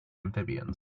amphibians